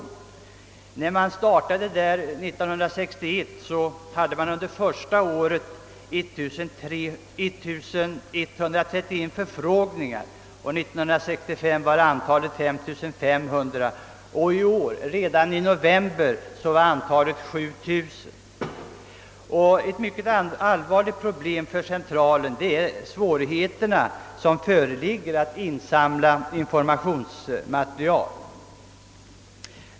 När den startade 1961 var antalet förfrågningar 1131, år 1965 var antalet 5 500 och i november i år var det uppe i 7000. Ett mycket allvarligt problem för centralen är de svårigheter som föreligger när det gäller att insamla informationsmaterial.